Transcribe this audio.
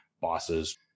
bosses